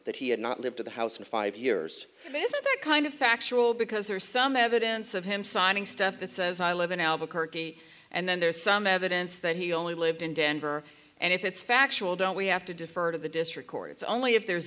that he had not lived in the house in five years and isn't that kind of factual because there is some evidence of him signing stuff that says i live in albuquerque and then there's some evidence that he only lived in denver and if it's factual don't we have to defer to the district court it's only if there's